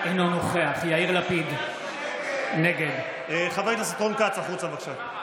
יאיר לפיד, נגד חבר הכנסת רון כץ, החוצה, בבקשה.